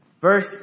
Verse